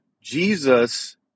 Jesus